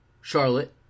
Charlotte